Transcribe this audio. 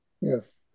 yes